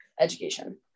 education